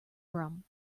rum